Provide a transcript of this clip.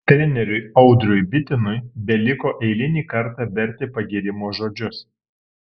treneriui audriui bitinui beliko eilinį kartą berti pagyrimo žodžius